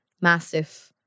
massive